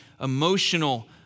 emotional